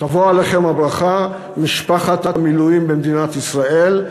תבוא עליכם הברכה, משפחת המילואים במדינת ישראל.